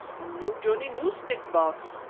new journey, new stick! baas.